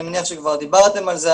אני מניח שכבר דיברתם על זה,